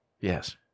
Yes